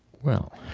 well,